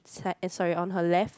sad eh sorry on her left